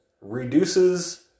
reduces